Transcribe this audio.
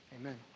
Amen